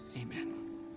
Amen